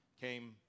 came